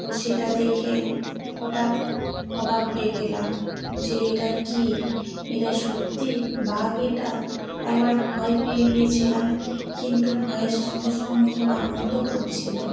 তো সেটা দেখে হটাৎ অবাক হয়ে গেলাম যে এটা কি এটা সত্যি বাঘ এটা একবার ভয় পেয়ে গিয়েছিলাম কিন্তু ভয়ের সঙ্গে সঙ্গে খুব আনন্দও হচ্ছিলো